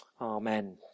Amen